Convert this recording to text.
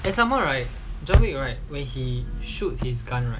and someone right john wick right where he shook his gun right